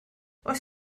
oes